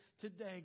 today